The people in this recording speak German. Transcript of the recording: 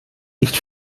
nicht